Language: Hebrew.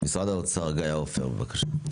גאיה עפר, משרד האוצר, בבקשה.